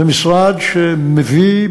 זה משרד שמביא,